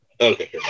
okay